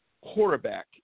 quarterback